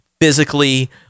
physically